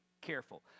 careful